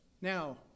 now